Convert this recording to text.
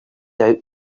out